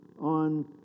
on